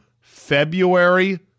February